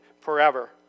forever